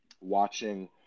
watching –